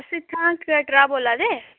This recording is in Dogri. अस इत्थैं कटरै दा बोल्ला दे